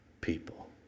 people